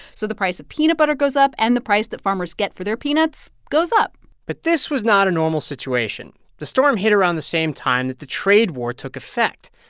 so the price of peanut butter goes up, and the price that farmers get for their peanuts goes up but this was not a normal situation. the storm hit around the same time that the trade war took effect,